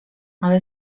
ale